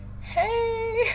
hey